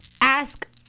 ask